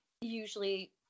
usually